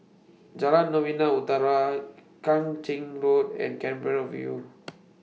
Jalan Novena Utara Kang Ching Road and Canberra View